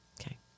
okay